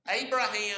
Abraham